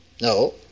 No